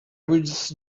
was